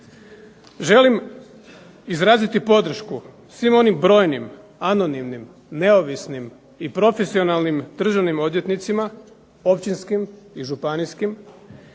Želim izraziti podršku svim onim brojnim, anonimnim, neovisnim i profesionalnim državnim odvjetnicima, općinskim i županijskim,